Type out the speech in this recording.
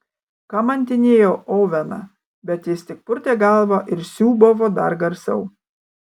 kamantinėjau oveną bet jis tik purtė galvą ir sriūbavo dar garsiau